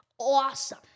awesome